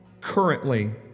currently